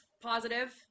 Positive